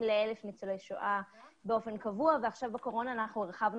ל-1,000 ניצולי שואה באופן קבוע ועכשיו בזמן הקורונה אנחנו הרחבנו